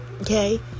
okay